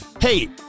Hey